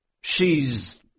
She's